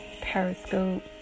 Periscope